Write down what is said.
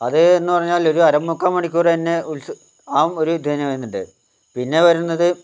അത് എന്ന് പറഞ്ഞാൽ അര മുക്കാൽ മണിക്കൂർ തന്നെ ഉത്സ ആ ഇത് തന്നെ വരുന്നുണ്ട് പിന്നെ വരുന്നത്